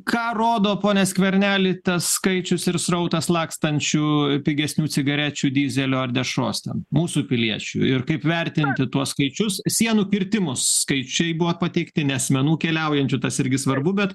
ką rodo pone skverneli tas skaičius ir srautas lakstančių pigesnių cigarečių dyzelio ar dešros ten mūsų piliečių ir kaip vertinti tuos skaičius sienų kirtimų skaičiai buvo pateikti ne asmenų keliaujančių tas irgi svarbu bet